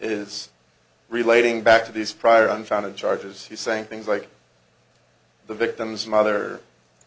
is relating back to these prior unfounded charges he's saying things like the victim's mother